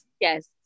Yes